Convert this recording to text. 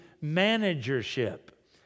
managership